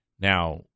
Now